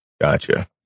gotcha